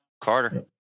Carter